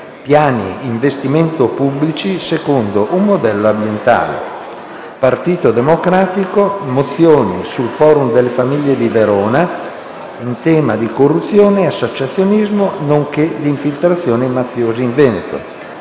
piani investimenti pubblici secondo un nuovo modello ambientale. Partito Democratico: mozioni sul Forum delle famiglie di Verona; in tema di anticorruzione e associazionismo, nonché di infiltrazioni mafiose in Veneto.